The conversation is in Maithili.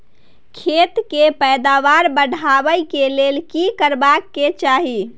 खेत के पैदावार बढाबै के लेल की करबा के चाही?